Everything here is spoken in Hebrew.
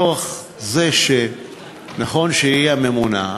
מכוח זה שנכון שהיא הממונה,